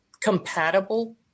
compatible